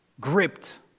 Gripped